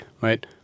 Right